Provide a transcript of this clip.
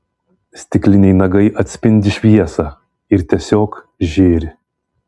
stikliniai nagai atspindi šviesą ir tiesiog žėri